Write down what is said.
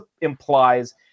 implies